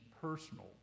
personal